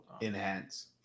Enhance